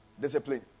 Discipline